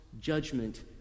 judgment